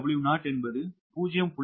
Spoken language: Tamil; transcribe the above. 𝑊𝑓𝑊0 என்பது 0